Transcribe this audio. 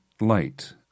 light